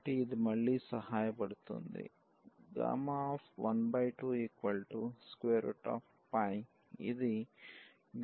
కాబట్టి ఇది మళ్ళీ సహాయపడుతుంది